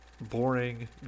boring